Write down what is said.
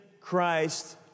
Christ